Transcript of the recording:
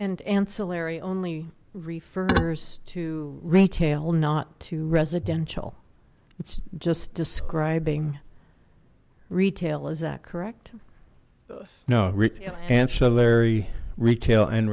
and ancillary only refers to retail not to residential it's just describing retail is that correct no ancillary retail and